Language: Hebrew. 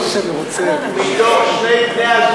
מתוך שני בני-הזוג,